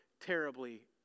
terribly